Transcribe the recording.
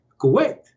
Kuwait